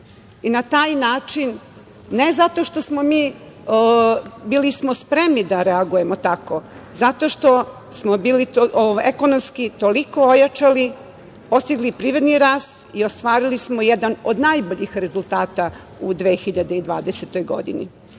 i na taj način, ne zato što smo mi… bili smo spremni da reagujemo tako, zato što smo bili ekonomski toliko ojačali, postigli privredni rast i ostvarili smo jedan od najboljih rezultata u 2020. godini,